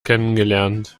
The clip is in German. kennengelernt